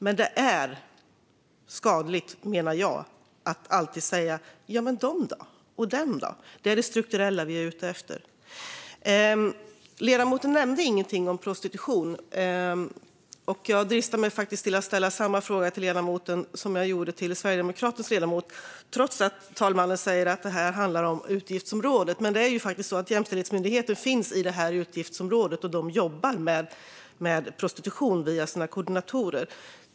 Men det är, menar jag, skadligt att alltid säga: Jamen de då? Och den då? Det är det strukturella vi är ute efter. Ledamoten nämnde ingenting om prostitution. Jag dristar mig till att ställa samma fråga till ledamoten som jag ställde till Sverigedemokraternas ledamot, trots att talmannen säger att detta handlar om utgiftsområdet. Men det är faktiskt så att Jämställdhetsmyndigheten omfattas av detta utgiftsområde, och de jobbar med prostitution via sina koordinatorer.